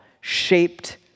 shaped